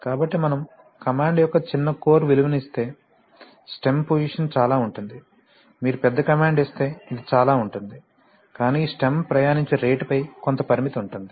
కాబట్టి మనము కమాండ్ యొక్క చిన్న కోర్ విలువను ఇస్తే స్టెమ్ పోసిషన్ చాలా ఉంటుంది మీరు పెద్ద కమాండ్ ఇస్తే ఇది చాలా ఉంటుంది కానీ ఈ స్టెమ్ ప్రయాణించే రేటుపై కొంత పరిమితి ఉంటుంది